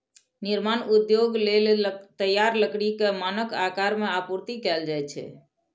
निर्माण उद्योग लेल तैयार लकड़ी कें मानक आकार मे आपूर्ति कैल जाइ छै